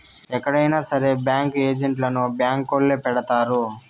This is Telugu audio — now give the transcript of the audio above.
ఎక్కడైనా సరే బ్యాంకు ఏజెంట్లను బ్యాంకొల్లే పెడతారు